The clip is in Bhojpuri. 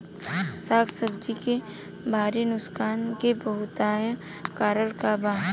साग सब्जी के भारी नुकसान के बहुतायत कारण का बा?